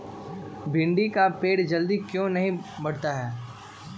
भिंडी का पेड़ जल्दी क्यों नहीं बढ़ता हैं?